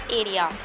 area